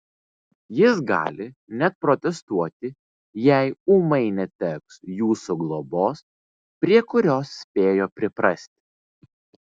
jis gali net protestuoti jei ūmai neteks jūsų globos prie kurios spėjo priprasti